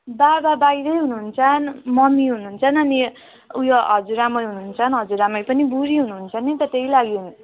बाबा बाहिरै हुनुन्छ ममी हुनुन्छ अनि ऊ यो हजुरआमै हुनुन्छ हजुरआमै पनि बुढी हुनुन्छ नि त त्यही लागि